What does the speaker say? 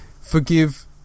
forgive